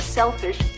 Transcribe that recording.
selfish